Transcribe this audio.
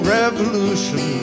revolution